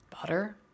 Butter